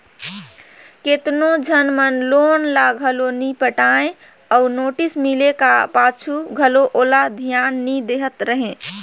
केतनो झन मन लोन ल घलो नी पटाय अउ नोटिस मिले का पाछू घलो ओला धियान नी देहत रहें